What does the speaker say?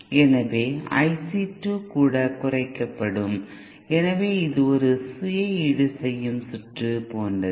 எனவே IC2 கூட குறைக்கப்படும் எனவே இது ஒரு சுய ஈடுசெய்யும் சுற்று போன்றது